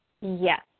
Yes